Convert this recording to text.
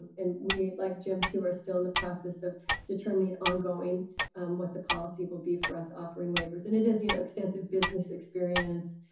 and we, like jim too, are still in the process of determining ongoing what the policy will be for us offering waivers. and it is you know extensive business experience,